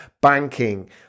banking